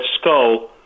Skull